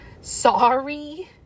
Sorry